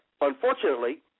unfortunately